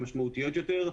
משמעותיות יותר,